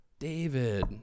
David